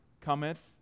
cometh